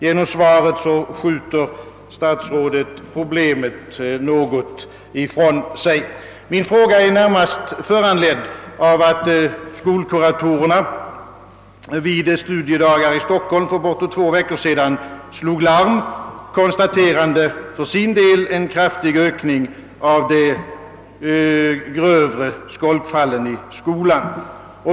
Genom svaret skjuter statsrådet problemet något ifrån sig. Min fråga är närmast föranledd av att skolkuratorerna vid studiedagar i Stockholm för bortåt två veckor sedan slog larm, konstaterande för sin del en kraftig ökning av de grövre skolkfallen i skolan.